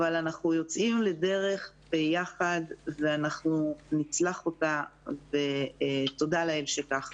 אבל אנחנו יוצאים לדרך ביחד ואנחנו נצלח אותה ותודה לאל שכך.